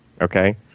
Okay